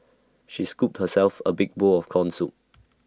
she scooped herself A big bowl of Corn Soup